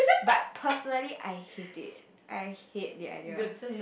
but personally I hate it I hate the idea